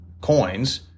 coins